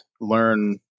learn